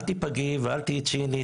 אל תיפגעי, ואל תהיי צינית.